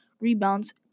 rebounds